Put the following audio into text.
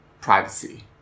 Privacy